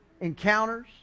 encounters